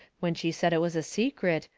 when she said it was a secret,